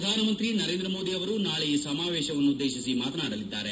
ಪ್ರಧಾನಮಂತಿ ನರೇಂದ ಮೋದಿ ಅವರು ನಾಳೆ ಈ ಸಮಾವೇಶವನ್ತು ಉದ್ದೇಶಿಸಿ ಮಾತನಾಡಲಿದ್ದಾರೆ